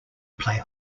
play